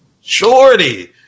shorty